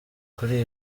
kuri